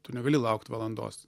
tu negali laukt valandos